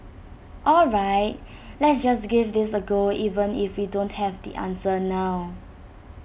all right let's just give this A go even if we don't have the answer now